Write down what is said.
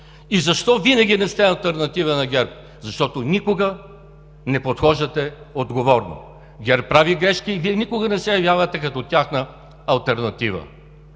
И защо винаги не сте алтернатива на ГЕРБ? Защото никога не подхождате отговорно. ГЕРБ прави грешки и Вие никога не се явявате като тяхна алтернатива.